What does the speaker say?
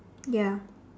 ya